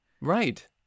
Right